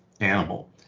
animal